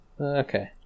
Okay